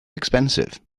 expensive